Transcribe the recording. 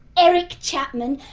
eric chapman,